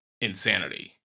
insanity